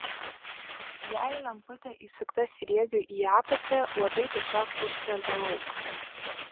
jei lemputė įsukta sriegiu į apačią uodai tiesiog iškrenta lauk